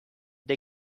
they